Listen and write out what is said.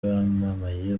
bamamaye